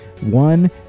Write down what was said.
one